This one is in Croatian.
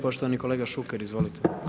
Poštovani kolega Šuker izvolite.